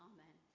Amen